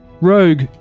rogue